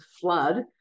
flood